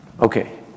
Okay